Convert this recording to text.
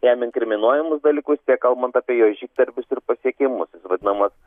jam inkriminuojamus dalykus tiek kalbant apie jo žygdarbius ir pasiekimus jis vadinamas